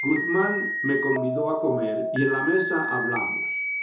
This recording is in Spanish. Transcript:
guzmán me convidó a comer y en la mesa hablamos